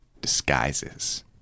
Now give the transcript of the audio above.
Disguises